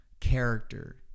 character